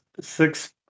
six